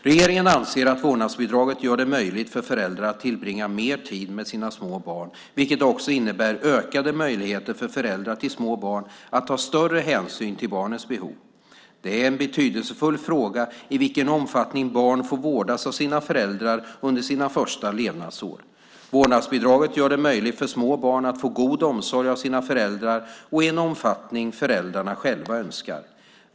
Regeringen anser att vårdnadsbidraget gör det möjligt för föräldrar att tillbringa mer tid med sina små barn, vilket också innebär ökade möjligheter för föräldrar till små barn att ta större hänsyn till barnets behov. Det är en betydelsefull fråga i vilken omfattning barn får vårdas av sina föräldrar under sina första levnadsår. Vårdnadsbidraget gör det möjligt för små barn att få god omsorg av sina föräldrar och i en omfattning föräldrarna själva önskar.